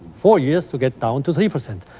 four years to get down to three percent.